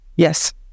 yes